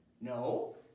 No